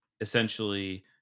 essentially